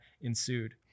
ensued